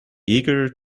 eager